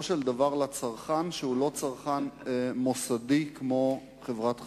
של דבר לצרכן שהוא לא צרכן מוסדי כמו חברת החשמל.